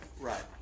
Right